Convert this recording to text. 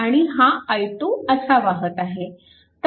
आणि हा i2 असा वाहत आहे